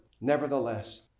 nevertheless